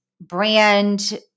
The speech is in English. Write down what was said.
brand